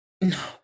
No